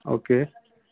okay